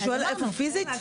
אתה שואל איפה פיזית?